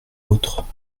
vôtre